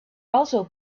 also